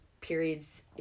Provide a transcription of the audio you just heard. periods